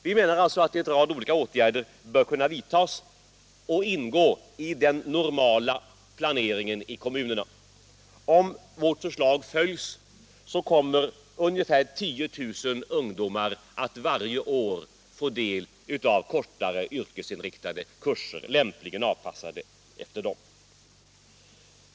Vi menar alltså att en rad olika åtgärder bör kunna vidtas och ingå i den normala planeringen i kommunerna. Om vårt förslag följs, kommer ungefär 10 000 ungdomar att varje år få del av kortare yrkesinriktade kurser, lämpligt avpassade efter dem.